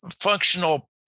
functional